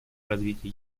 развитии